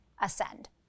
ascend